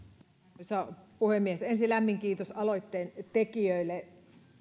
arvoisa puhemies ensin lämmin kiitos aloitteen tekijöille